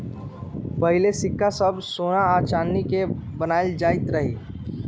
पहिले सिक्का सभ सोना आऽ चानी के बनाएल जाइत रहइ